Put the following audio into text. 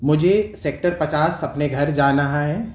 مجھے سیکٹر پچاس اپنے گھر جانا ہے